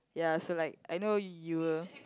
ya so like I know you'll